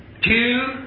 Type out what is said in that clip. two